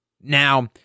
now